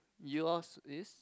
yours is